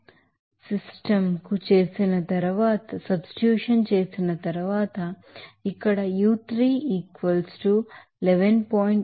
5కు సమానం చేయవచ్చు అందువల్ల A2 by A3 substitution చేసిన తరువాత మనం ఇక్కడ u3 11